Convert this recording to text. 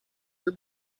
your